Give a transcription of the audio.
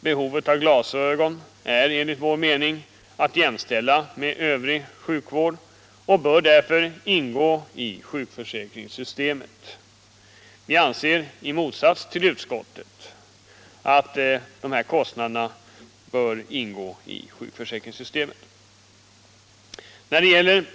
Behovet av glasögon är enligt vår mening att jämställa med behovet av övrig sjukvård, och därför bör fria glasögon ingå i sjukförsäkringssystemet. I motsats till utskottsmajoriteten anser vi således att de här kostnaderna bör ingå i sjukförsäkringssystemet.